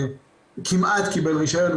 כמעט קיבל רישיון,